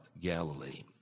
Galilee